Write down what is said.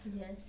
Yes